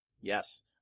Yes